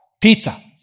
Pizza